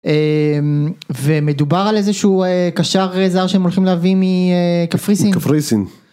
ומדובר על איזשהו קשר זר שהם הולכים להביא מקפריסין.